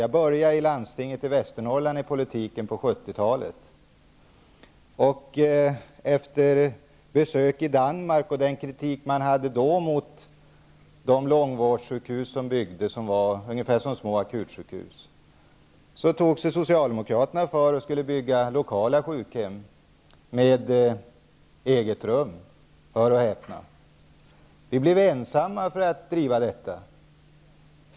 Jag började i politiken i landstinget i Västernorrland på 70-talet. Efter besök i Danmark och under intryck av den kritik som framfördes mot de långvårdssjukhus som fanns och som var ungefär som små akutsjukhus tog sig socialdemokraterna för att föreslå byggande av lokala sjukhem med eget rum -- hör och häpna! Vi blev ensamma om att driva den frågan.